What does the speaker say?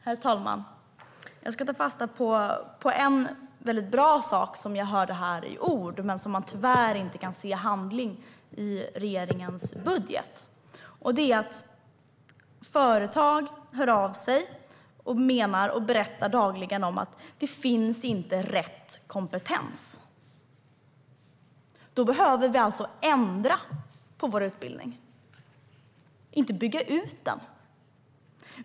Herr talman! Jag ska ta fasta på en mycket bra sak som jag här hörde beskrivas i ord men som man tyvärr inte kan se i handling i regeringens budget. Det gäller att företag dagligen hör av sig och berättar att rätt kompetens inte finns. Då behöver vi alltså ändra på vår utbildning och inte bygga ut den.